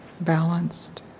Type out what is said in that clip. balanced